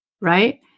right